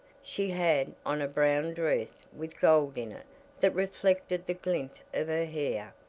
she had on a brown dress with gold in it that reflected the glint of her hair,